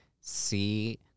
see